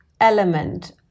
element